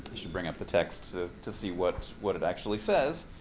should bring up the text to see what what it actually says.